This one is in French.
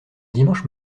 dimanche